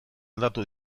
aldatu